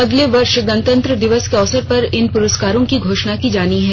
अगले वर्ष गणतंत्र दिवस के अवसर पर इन प्रस्कारों की घोषणा की जानी है